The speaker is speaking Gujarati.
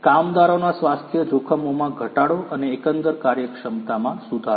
કામદારોના સ્વાસ્થ્ય જોખમોમાં ઘટાડો અને એકંદર કાર્યક્ષમતામાં સુધારો